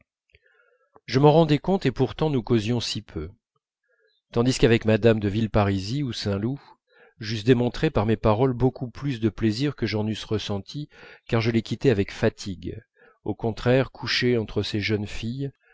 je m'en rendais compte et pourtant nous causions si peu tandis qu'avec mme de villeparisis ou saint loup j'eusse démontré par mes paroles beaucoup plus de plaisir que je n'en eusse ressenti car je les quittais avec fatigue au contraire couché entre ces jeunes filles